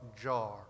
jar